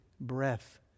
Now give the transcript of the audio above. breath